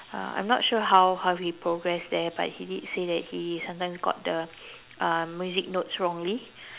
uh I'm not sure how how he progress there but he did say that he sometimes got the um music notes wrongly